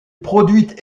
produit